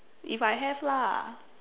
if I have lah